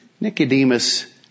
Nicodemus